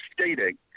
stating